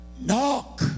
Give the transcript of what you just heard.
Knock